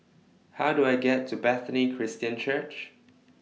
How Do I get to Bethany Christian Church